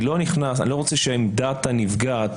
אני לא רוצה שעמדת הנפגעת